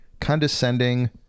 condescending